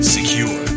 Secure